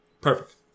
perfect